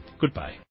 Goodbye